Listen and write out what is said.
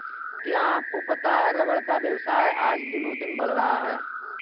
क्या आपको पता है रबर का व्यवसाय आज दिनोंदिन बढ़ रहा है?